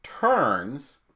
turns